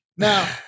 Now